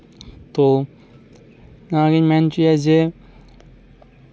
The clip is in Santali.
ᱛᱳ ᱱᱚᱣᱟ ᱜᱤᱧ ᱢᱮᱱ ᱦᱚᱪᱚᱭᱟ ᱡᱮ